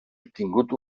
obtingut